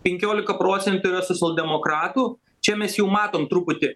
penkiolika procentų yra socialdemokratų čia mes jau matom truputį